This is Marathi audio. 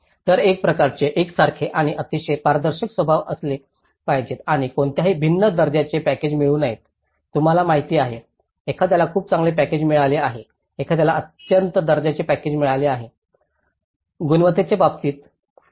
तर एक प्रकारचे एकसारखे आणि अतिशय पारदर्शक स्वभाव असले पाहिजेत आणि कोणालाही निम्न दर्जाचे पॅकेजेस मिळू नयेत तुम्हाला माहिती आहे एखाद्याला खूप चांगले पॅकेज मिळाले आहे एखाद्याला अत्यंत दर्जाचे पॅकेज मिळाले आहे गुणवत्तेच्या बाबतीत